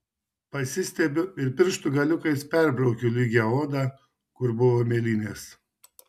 pasistiebiu ir pirštų galiukais perbraukiu lygią odą kur buvo mėlynės